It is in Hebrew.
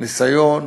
ניסיון